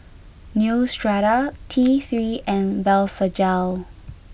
Neostrata T Three and Blephagel